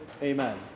Amen